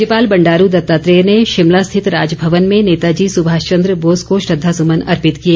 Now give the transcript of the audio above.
राज्यपाल बंडारू दत्तात्रेय ने शिमला स्थित राजभवन में नेताजी सुभाष चंद्र बोस को श्रद्धासुमन अर्पित किए